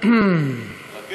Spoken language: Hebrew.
חוק